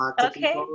Okay